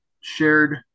shared